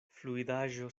fluidaĵo